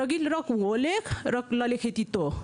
הוא הולך רק ללכת איתו,